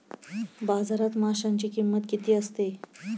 बाजारात माशांची किंमत किती असते?